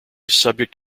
subject